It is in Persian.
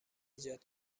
ایجاد